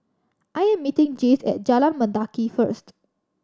I'm meeting Jace at Jalan Mendaki first